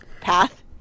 path